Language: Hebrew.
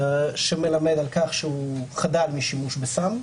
שמלמד כך שהוא חדל משימוש בסם,